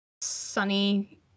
sunny